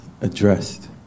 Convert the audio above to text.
addressed